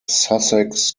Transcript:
sussex